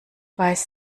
weiß